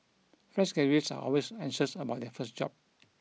fresh graduates are always anxious about their first job